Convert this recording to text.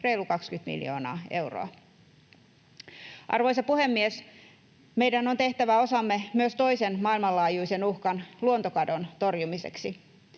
reilu 20 miljoonaa euroa. Arvoisa puhemies! Meidän on tehtävä osamme myös toisen maailmanlaajuisen uhkan, luontokadon, torjumiseksi.